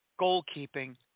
goalkeeping